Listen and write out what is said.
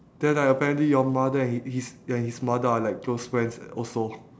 then like apparently your mother and h~ his ya his mother are like close friends also